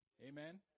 Amen